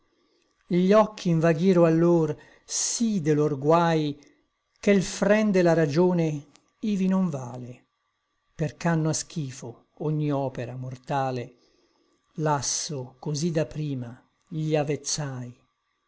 gli occhi invaghiro allor sí de lor guai che l fren de la ragione ivi non vale perch'ànno a schifo ogni opera mortale lasso cosí da prima gli avezzai